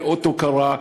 כאות הוקרה.